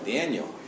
Daniel